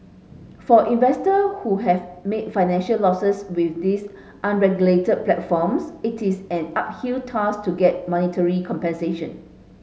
for investor who have made financial losses with these unregulated platforms it is an uphill task to get monetary compensation